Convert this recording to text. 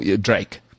Drake